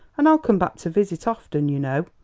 and i'll come back to visit often, you know.